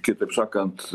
kitaip sakant